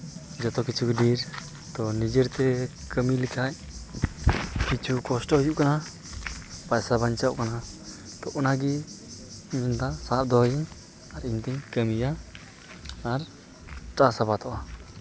ᱡᱚᱛᱚ ᱠᱤᱪᱷᱩ ᱜᱮ ᱰᱷᱮᱨ ᱛᱳ ᱱᱤᱡᱮᱨ ᱛᱮ ᱠᱟᱹᱢᱤ ᱞᱮᱠᱷᱟᱱ ᱠᱤᱪᱷᱩ ᱠᱚᱥᱴᱚ ᱦᱩᱭᱩᱜ ᱠᱟᱱᱟ ᱯᱚᱭᱥᱟ ᱵᱟᱧᱪᱟᱜ ᱠᱟᱱᱟ ᱛᱳ ᱚᱱᱟᱜᱮ ᱢᱮᱱᱫᱟ ᱥᱟᱵ ᱫᱚᱦᱚᱭᱟᱹᱧ ᱟᱨ ᱤᱧ ᱛᱤᱧ ᱠᱟᱹᱢᱤᱭᱟ ᱟᱨ ᱪᱟᱥ ᱟᱵᱟᱫᱚᱜᱼᱟ